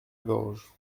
gorge